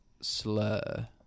slur